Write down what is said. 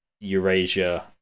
eurasia